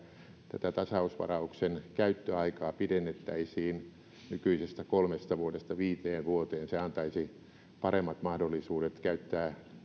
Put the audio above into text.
tätä tasausvarauksen käyttöaikaa pidennettäisiin nykyisestä kolmesta vuodesta viiteen vuoteen se antaisi paremmat mahdollisuudet käyttää